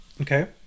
Okay